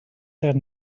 said